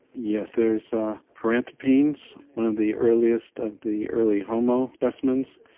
yes, there's paranthropines, one of the earliest of the early homo specimens.